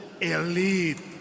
elite